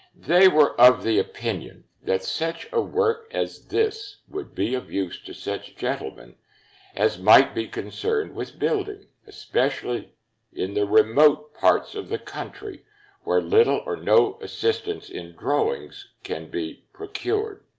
they were of the opinion that such a work as this would be of use to such gentlemen as might be concerned with building, especially in the remote parts of the country where little or no assistance in drawings can be procured.